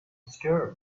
scare